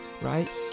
right